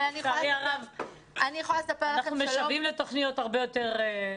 אנחנו משוועים לתכניות אחרות.